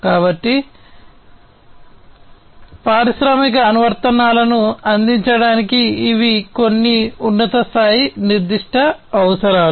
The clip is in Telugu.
కాబట్టి పారిశ్రామిక అనువర్తనాలను అందించడానికి ఇవి కొన్ని ఉన్నత స్థాయి నిర్దిష్ట అవసరాలు